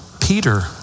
Peter